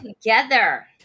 together